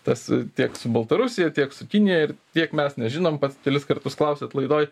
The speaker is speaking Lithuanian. tas tiek su baltarusija tiek su kinija ir tiek mes nežinom pats kelis kartus klausėt laidoj